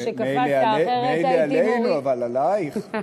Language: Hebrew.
טוב שקפצת, אחרת הייתי, מילא עלינו, אבל עלייך?